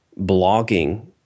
blogging